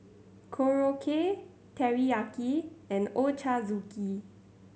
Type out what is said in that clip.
Korokke Teriyaki and Ochazuke